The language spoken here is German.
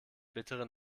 bittere